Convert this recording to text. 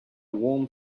warm